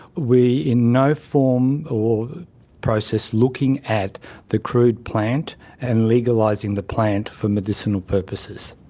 we in no form or process looking at the crude plant and legalising the plant for medicinal purposes.